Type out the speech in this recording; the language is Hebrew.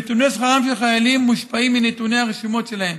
נתוני שכרם של החיילים מושפעים מנתוני הרשומות שלהם,